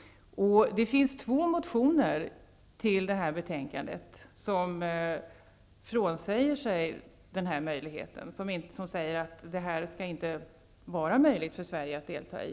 I två motioner till betänkandet säger motionärerna att det inte skall vara möjligt för Sverige att delta i detta försvarspolitiska samarbete.